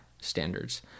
standards